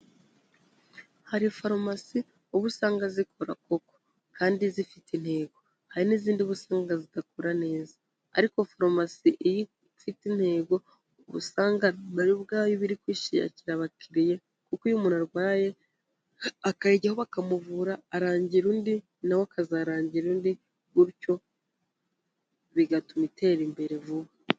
Hari farumasi ubu usanga zikora koko kandi zifite intego hari n'izindi ubu usanga zdakura neza, ariko farumasi iyo ifite intego usanga ubwayo iri kwishakira abakiriya, kuko iyo umuntu arwaye akayijyaho bakamuvura arangira undi nawe akazarangira undi gutyo bigatuma itera imbere vuba.